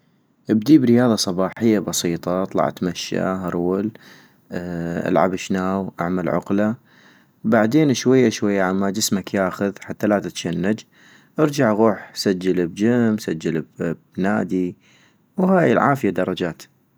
ابدي برياضة صباحية بسيطة ، اطلع اتمشى ، هرول ، االعب شناو اعمل عقلة - بعدين شوية شوية عما جسمك ياخذ حتى لا تتشنج ، ارجع غوح سجل بجم، سجل بنادي ، وهاي العافية درجات